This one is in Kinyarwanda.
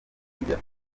ajya